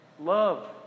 Love